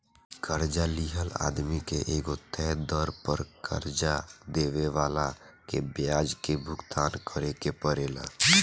कर्जा लिहल आदमी के एगो तय दर पर कर्जा देवे वाला के ब्याज के भुगतान करेके परेला